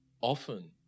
often